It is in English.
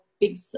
big